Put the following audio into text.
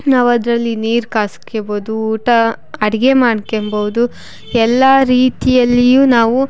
ನಾವು ಅದರಲ್ಲಿ ನೀರು ಕಾಸ್ಕೊಬೋದು ಊಟ ಅಡಿಗೆ ಮಾಡ್ಕೊಂಬೋದು ಎಲ್ಲ ರೀತಿಯಲ್ಲಿಯೂ ನಾವು